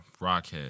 Rockhead